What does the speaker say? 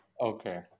okay